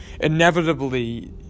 inevitably